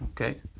Okay